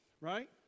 Right